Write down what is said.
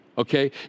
Okay